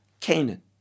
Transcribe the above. canaan